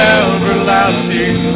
everlasting